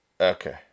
Okay